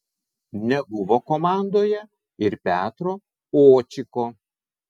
nebuvo komandoje ir petro očiko